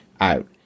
out